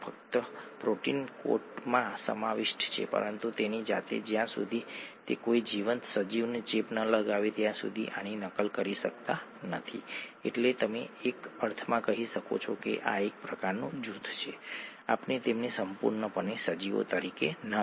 તેથી કેસીનના અણુઓ ત્યાંના કેસીન પ્રોટીનના અણુઓ તેમના હાઇડ્રેશન સ્તર સાથે જુદી જુદી ક્રિયાપ્રતિક્રિયાઓ ધરાવે છે